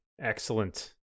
Excellent